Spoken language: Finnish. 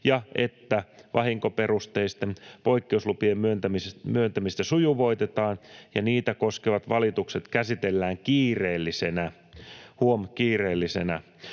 ja että vahinkoperusteisten poikkeuslupien myöntämistä sujuvoitetaan ja niitä koskevat valitukset käsitellään kiireellisenä”